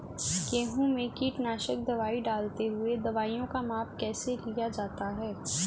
गेहूँ में कीटनाशक दवाई डालते हुऐ दवाईयों का माप कैसे लिया जाता है?